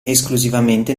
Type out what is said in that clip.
esclusivamente